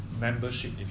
membership